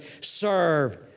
serve